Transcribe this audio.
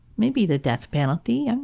maybe the death penalty. and